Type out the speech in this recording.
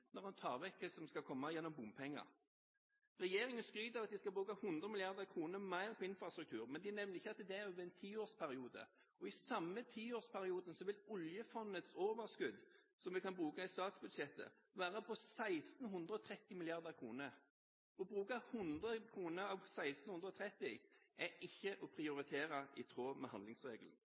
når en tar vekk det som skal komme gjennom bompenger. Regjeringen skryter av at den skal bruke 100 mrd. kr mer på infrastruktur, men de nevner ikke at det er over en tiårsperiode. I samme tiårsperiode vil oljefondets overskudd, som vi kan bruke i statsbudsjettet, være på 1 630 mrd. kr. Å bruke 100 mrd. kr av 1 630 mrd. kr er ikke å prioritere i tråd med handlingsregelen.